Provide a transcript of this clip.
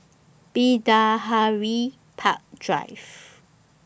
Park Drive